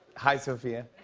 hi, sophia.